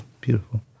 Beautiful